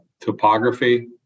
topography